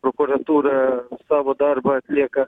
prokuratūra savo darbą atlieka